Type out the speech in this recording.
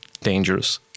dangerous